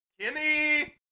Kimmy